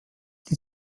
die